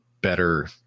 better